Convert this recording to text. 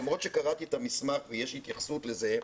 למרות שקראתי את המסמך ויש התייחסות לזה,